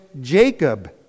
Jacob